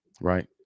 Right